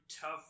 tough